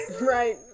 right